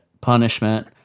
punishment